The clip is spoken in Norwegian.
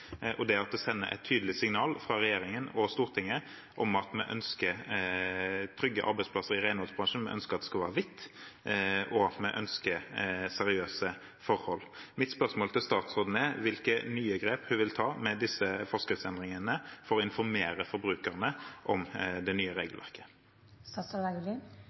er viktig symbolpolitikk og sender et tydelig signal fra regjeringen og Stortinget om at vi ønsker trygge arbeidsplasser i renholdbransjen. Vi ønsker det skal være hvitt og ønsker seriøse forhold. Mitt spørsmål til statsråden er: Hvilke nye grep vil hun ta med disse forskriftsendringene for å informere forbrukerne om det nye